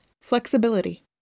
Flexibility